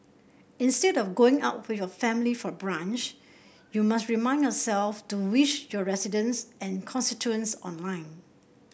instead of going out with your family for brunch you must remind yourself to wish your residents and constituents online